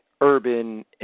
urban